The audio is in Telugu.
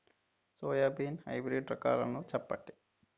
సోయాబీన్ హైబ్రిడ్ రకాలను చెప్పండి?